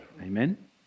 Amen